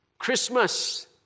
Christmas